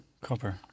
copper